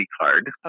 card